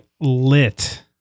lit